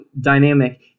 dynamic